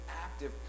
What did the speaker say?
active